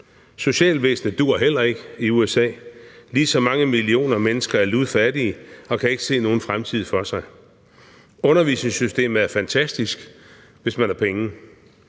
Socialvæsenet duer heller ikke i USA, ligesom mange millioner mennesker er ludfattige og ikke kan se nogen fremtid for sig. Undervisningssystemet er fantastisk, hvis man har penge,